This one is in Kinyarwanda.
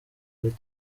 muri